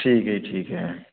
ਠੀਕ ਹੈ ਜੀ ਠੀਕ ਹੈ